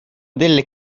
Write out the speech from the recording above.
delle